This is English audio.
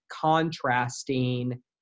contrasting